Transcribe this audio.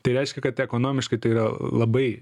tai reiškia kad ekonomiškai tai yra labai